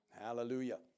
Hallelujah